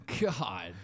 God